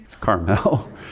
Carmel